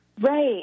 Right